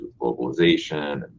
globalization